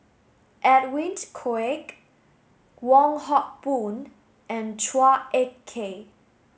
Edwin Koek Wong Hock Boon and Chua Ek Kay